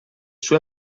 sue